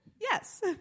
Yes